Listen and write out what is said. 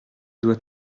dois